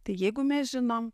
tai jeigu mes žinom